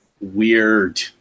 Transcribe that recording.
weird